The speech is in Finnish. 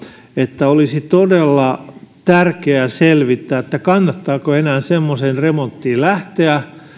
että olisi todella tärkeää selvittää kannattaako enää semmoiseen remonttiin lähteä